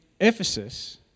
Ephesus